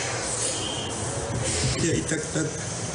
בבקשה.